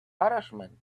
harassment